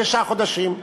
שישה חודשים,